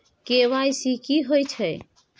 KYC की हय छै?